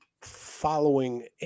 following